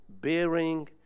bearing